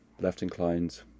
left-inclined